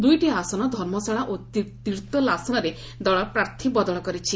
ଦୁଇଟି ଆସନ ଧର୍ମଶାଳା ଓ ତିର୍ତୋଲ ଆସନରେ ଦଳ ପ୍ରାର୍ଥୀ ବଦଳ କରିଛି